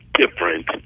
different